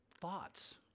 thoughts